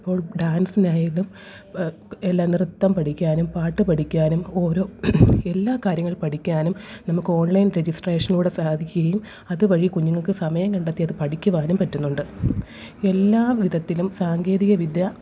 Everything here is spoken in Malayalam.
ഇപ്പോൾ ഡാൻസിനായാലും എല്ലാം നൃത്തം പഠിക്കാനും പാട്ടു പഠിക്കാനും ഓരോ എല്ലാ കാര്യങ്ങൾ പഠിക്കാനും നമുക്ക് ഓൺലൈൻ രജിസ്ട്രേഷനിലൂടെ സാധിക്കുകയും അതുവഴി കുഞ്ഞുങ്ങള്ക്ക് സമയം കണ്ടെത്തി അത് പഠിക്കുവാനും പറ്റുന്നുണ്ട് എല്ലാ വിധത്തിലും സാങ്കേതികവിദ്യ